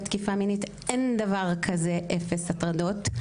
תקיפה מינית אין דבר כזה אפס הטרדות.